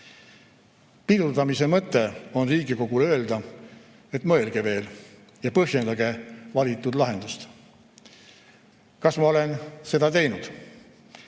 Pidurdamise mõte on Riigikogule öelda, et mõelge veel ja põhjendage valitud lahendust. Kas ma olen seda teinud?